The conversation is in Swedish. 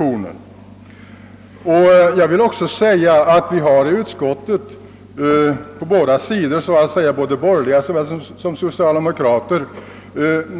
I utskottet har vi på båda sidor